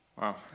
Wow